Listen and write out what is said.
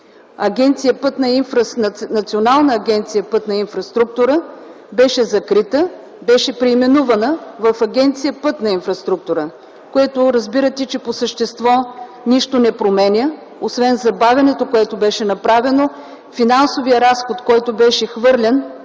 агенция „Пътна инфраструктура” беше закрита, беше преименувана в Агенция „Пътна инфраструктура”, което разбирате, че по същество нищо не променя, освен забавянето, което беше направено, и финансовия разход, който беше хвърлен